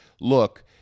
look